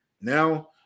Now